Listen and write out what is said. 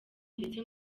ndetse